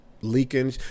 leaking